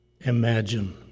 imagine